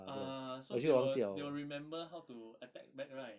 uh so they will they will remember how to attack back right